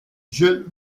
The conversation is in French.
jules